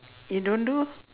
you don't do